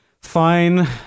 fine